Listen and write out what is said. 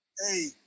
Hey